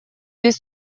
без